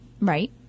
Right